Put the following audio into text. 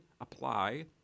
apply